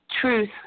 Truth